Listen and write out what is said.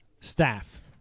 staff